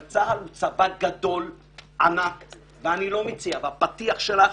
אבל צה"ל הוא צבא ענק והפתיח שלך